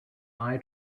eye